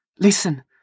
Listen